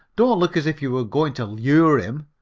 don't look as if you were going to lure him.